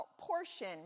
portion